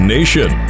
Nation